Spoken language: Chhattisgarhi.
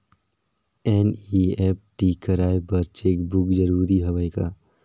एन.ई.एफ.टी कराय बर चेक बुक जरूरी हवय का?